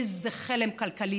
איזה חלם כלכלי,